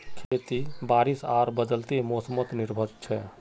खेती बारिश आर बदलते मोसमोत निर्भर छे